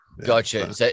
gotcha